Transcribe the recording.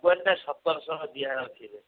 ସତରଶହ ଦିଆଯାଉଛି ଏବେ